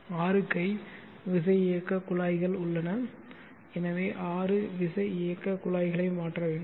6 கை விசையியக்கக் குழாய்கள் உள்ளன எனவே 6 விசையியக்கக் குழாய்களை மாற்ற வேண்டும்